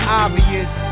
obvious